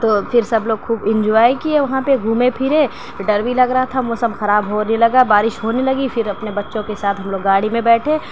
تو پھر سب لوگ خوب انجوائے کیے وہاں پہ گھومے پھرے ڈر بھی لگ رہا تھا موسم خراب ہونے لگا بارش ہونے لگى پھر اپنے بچّوں كےساتھ ہم لوگ گاڑى ميں بیٹھے